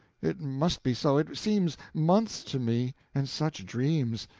it must be so it seems months to me. and such dreams!